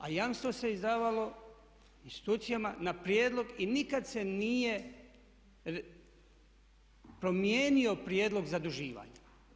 A jamstva se izdavalo institucijama na prijedlog i nikada se nije promijenio prijedlog zaduživanja.